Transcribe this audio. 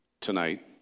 tonight